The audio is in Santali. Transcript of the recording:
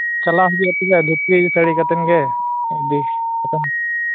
ᱪᱟᱞᱟᱣ ᱦᱩᱭᱩᱜᱼᱟ ᱛᱟᱦᱚᱞᱮ ᱫᱷᱩᱛᱤ ᱥᱟᱹᱲᱤ ᱠᱟᱛᱮᱱ ᱜᱮ ᱵᱮᱥ